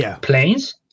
planes